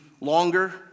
longer